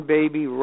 Baby